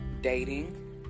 dating